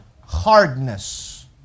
hardness